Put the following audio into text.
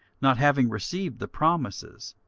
not having received the promises,